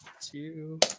Two